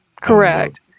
Correct